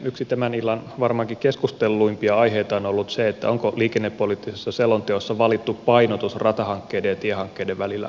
yksi tämän illan varmaankin keskustelluimpia aiheita on ollut se onko liikennepoliittisessa selonteossa valittu painotus ratahankkeiden ja tiehankkeiden välillä kohdillaan